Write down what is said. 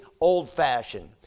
old-fashioned